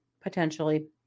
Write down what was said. potentially